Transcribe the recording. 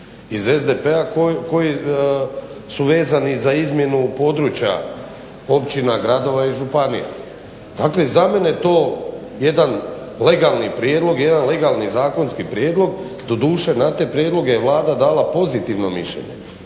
iz SDP-a koji su vezani za izmjenu područja općina, gradova i županije. Dakle, za mene je to jedan legalni prijedlog, jedan legalni zakonski prijedlog, doduše na taj prijedlog je Vlada dala pozitivno mišljenje